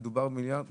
מדובר במיליארד,